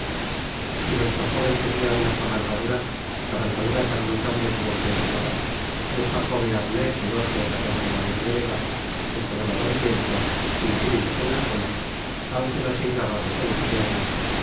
si nuestro jóven tenia una cabalgadura cabalgadura tan notable como fué notada un jaco bearnés de'doce ó catorce años de edad de color amarillento sin crines en la cola aunque nó sin gabarros en las piernas